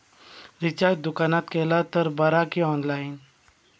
Recharge दुकानात केला तर बरा की ऑनलाइन?